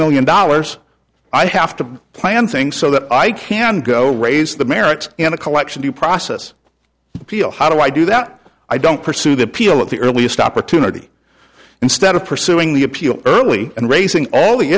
million dollars i have to plan things so that i can go raise the merits in a collection due process feel how do i do that i don't pursue the people at the earliest opportunity instead of pursuing the appeal early and raising all the